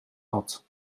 had